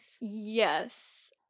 Yes